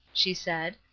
she said,